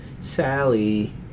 Sally